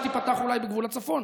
שתיפתח אולי בגבול הצפון.